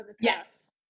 Yes